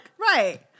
Right